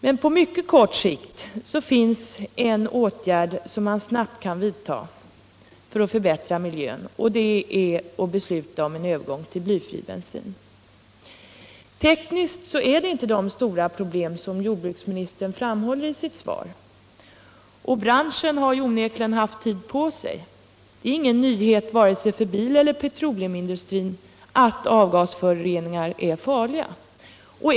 Men på mycket kort sikt finns en snabb åtgärd som man omedelbart kan vidta för att förbättra miljön, och det är att besluta om en övergång till blyfri bensin. Tekniskt innebär det inte de stora problem som jordbruksministern framhåller i sitt svar, och branschen har onekligen haft tid på sig. Det är ingen nyhet för vare sig bileller petroleumindustrin att avgasföroreningar är farliga.